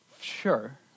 Sure